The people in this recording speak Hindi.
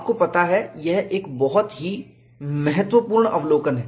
आपको पता है यह एक बहुत ही महत्वपूर्ण महत्वपूर्ण अवलोकन है